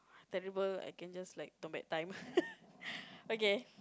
terrible I can just like turn back time okay